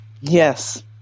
Yes